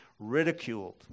ridiculed